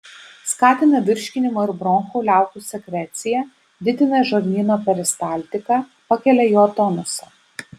skatina virškinimo ir bronchų liaukų sekreciją didina žarnyno peristaltiką pakelia jo tonusą